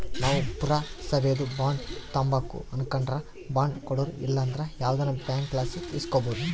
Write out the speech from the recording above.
ನಾವು ಪುರಸಬೇದು ಬಾಂಡ್ ತಾಂಬಕು ಅನಕಂಡ್ರ ಬಾಂಡ್ ಕೊಡೋರು ಇಲ್ಲಂದ್ರ ಯಾವ್ದನ ಬ್ಯಾಂಕ್ಲಾಸಿ ಇಸ್ಕಬೋದು